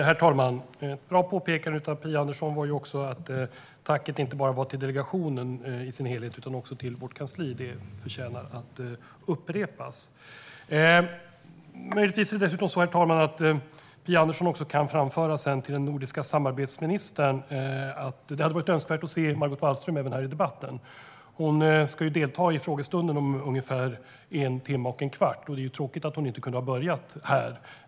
Herr talman! Det var bra att Phia Andersson påpekade att tacket inte bara var till delegationen i sin helhet utan också till vårt kansli. Det förtjänar att upprepas. Herr talman! Möjligtvis kan Phia Andersson framföra till den nordiska samarbetsministern, Margot Wallström, att det hade varit önskvärt att se henne här i debatten. Hon ska delta i frågestunden om ungefär en timme och en kvart. Det är tråkigt att hon inte kunde börja här.